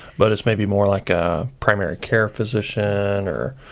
but it's maybe more like a primary care physician or